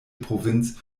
provinz